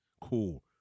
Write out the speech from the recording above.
cool